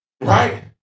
Right